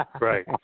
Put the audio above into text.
Right